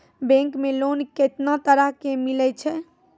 Bank मे loan कैतना तरह के मिलै छै?